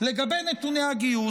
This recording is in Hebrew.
לגבי הגיוס,